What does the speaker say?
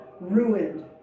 ruined